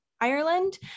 Ireland